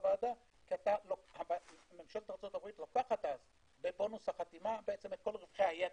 - כי ממשלת ארצות הברית לוקחת בבונוס החתימה את כל רווחי היתר,